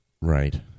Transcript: Right